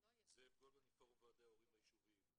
אני מפורום ועדי ההורים היישוביים.